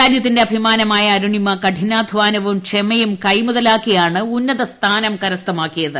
രാജ്യത്തിന്റെ അഭിമാനമായ അരുണിമ കഠിനാധാന്നവും ക്ഷമയും കൈമുതലാക്കിയാണ് ഉന്നത സ്ഥാനം കരസ്ഥമാക്കിയത്